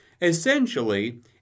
Essentially